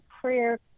prayer